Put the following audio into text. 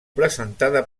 presentada